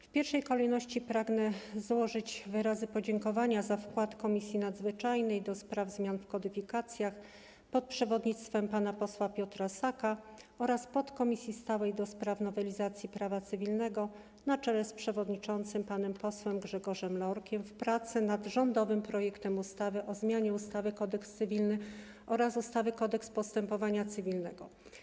W pierwszej kolejności pragnę złożyć wyrazy podziękowania za wkład Komisji Nadzwyczajnej do spraw zmian w kodyfikacjach pod przewodnictwem pana posła Piotra Saka oraz podkomisji stałej do spraw nowelizacji prawa cywilnego na czele z przewodniczącym panem posłem Grzegorzem Lorkiem w pracę nad rządowym projektem ustawy o zmianie ustawy - Kodeks cywilny oraz ustawy - Kodeks postępowania cywilnego.